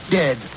dead